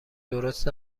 درست